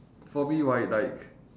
for me right like